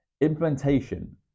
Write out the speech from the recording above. implementation